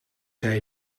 hij